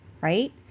right